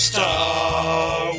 Star